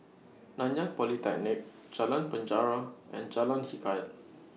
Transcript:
Nanyang Polytechnic Jalan Penjara and Jalan Hikayat